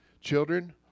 Children